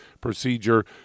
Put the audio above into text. procedure